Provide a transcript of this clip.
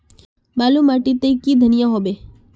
बाली माटी तई की धनिया होबे?